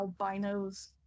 albinos